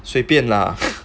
随便 lah